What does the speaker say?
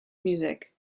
music